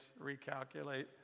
recalculate